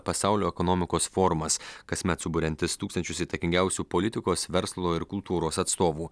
pasaulio ekonomikos forumas kasmet suburiantis tūkstančius įtakingiausių politikos verslo ir kultūros atstovų